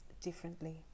differently